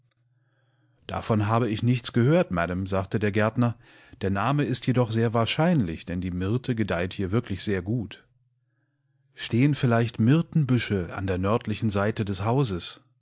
davon habe ich nichts gehört madame sagte der gärtner der name ist jedoch sehrwahrscheinlich denndiemyrtegedeihthierwirklichsehrgut stehen vielleicht myrtenbüsche an der nördlichen seite des hauses